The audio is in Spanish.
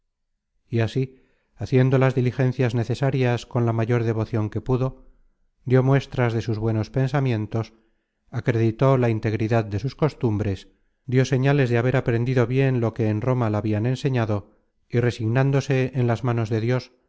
y así haciendo las diligencias necesarias con la mayor devocion que pudo dió muestras de sus buenos pensamientos acreditó la integridad de sus costumbres dió señales de haber aprendido bien lo que en roma la habian enseñado y resignándose en las manos de dios